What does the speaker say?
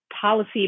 policy